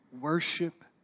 worship